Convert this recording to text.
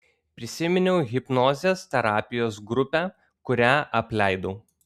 prisiminiau hipnozės terapijos grupę kurią apleidau